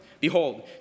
Behold